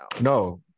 No